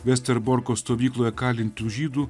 vesterborko stovykloje kalintų žydų